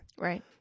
Right